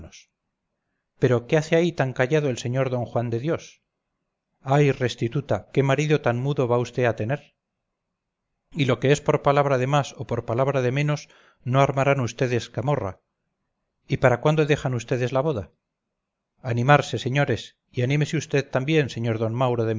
pero qué hace ahí tan callado el señor don juan de dios ay restituta qué marido tan mudo va vd a tener y lo que es por palabra de más o por palabra de menos no armarán vds camorra y para cuándo dejan vds la boda animarse señores y anímese vd también sr d mauro